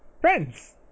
friends